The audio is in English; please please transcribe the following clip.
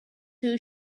two